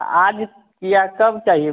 आज या कब चाहिए